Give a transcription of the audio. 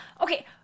okay